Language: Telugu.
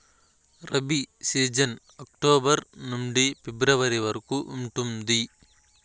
రబీ సీజన్ అక్టోబర్ నుండి ఫిబ్రవరి వరకు ఉంటుంది